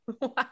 Wow